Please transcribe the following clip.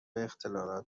اختلالات